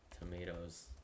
tomatoes